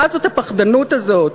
מה זאת הפחדנות הזאת?